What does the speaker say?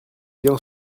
bien